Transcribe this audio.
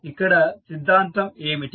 ఇక్కడ సిద్ధాంతం ఏమిటి